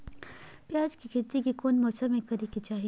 प्याज के खेती कौन मौसम में करे के चाही?